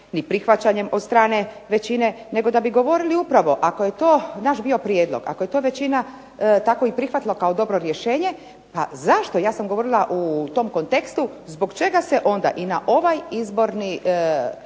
ni prihvaćanjem od strane većine nego da bi govorili upravo ako je to naš bio prijedlog, ako je to većina tako i prihvatila kao dobro rješenje pa zašto, ja sam govorila u tom kontekstu zbog čega se onda i na ovaj Izborni